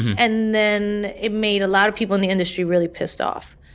and then it made a lot of people in the industry really pissed off.